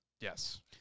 Yes